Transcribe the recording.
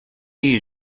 you